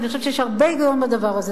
אני חושבת שיש הרבה היגיון בדבר הזה.